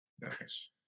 Nice